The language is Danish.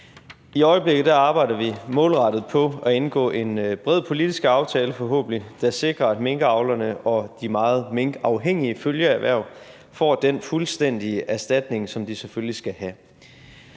I øjeblikket arbejder vi målrettet på at indgå en forhåbentlig bred politisk aftale, der sikrer, at minkavlerne og de meget minkafhængige følgeerhverv får den fuldstændige erstatning, som de selvfølgelig skal have.